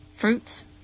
fruits